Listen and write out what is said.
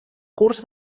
curs